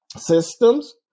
systems